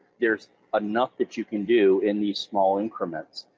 there's enough that you can do in these small increments.